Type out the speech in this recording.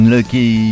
Lucky